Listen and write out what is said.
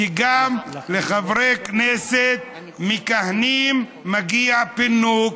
שגם לחברי כנסת מכהנים מגיע פינוק.